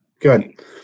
Good